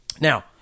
Now